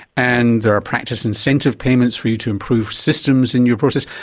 and there are practice incentive payments for you to improve systems in your process,